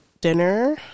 dinner